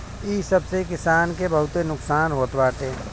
इ सब से किसान के बहुते नुकसान होत बाटे